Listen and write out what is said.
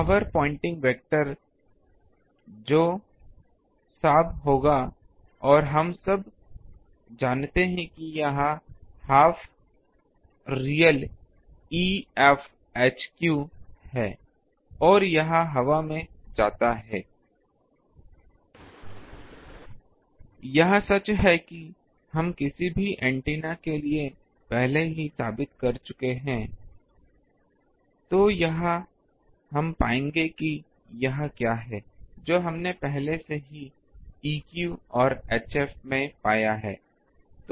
power Poynting vector जो साव होगा और हम जानते हैं कि यह half real Ef H q है और यह हवा में जाता है यह सच हैं कि हम किसी भी एंटेना के लिए पहले ही साबित कर चुके हैं तो यहाँ हम पाएंगे कि यह क्या है जो हमने पहले से ही Eq और Hf में पाया है